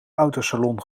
autosalon